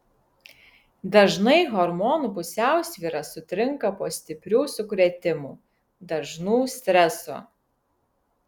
dažnai hormonų pusiausvyra sutrinka po stiprių sukrėtimų dažnų streso